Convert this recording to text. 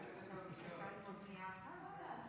הוא לא ישן צוהריים,